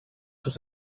sus